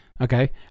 okay